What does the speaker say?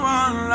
one